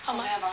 how abou~